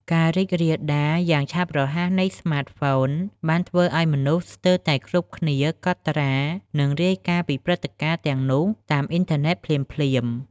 ការរីករាលដាលយ៉ាងឆាប់រហ័សនៃស្មាតហ្វូនបានធ្វើឱ្យមនុស្សស្ទើរតែគ្រប់គ្នាកត់ត្រា និងរាយការណ៍ពីព្រឹត្តិការណ៍ទាំងនោះតាមអ៊ីនធឺណិតភ្លាមៗ។